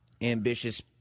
ambitious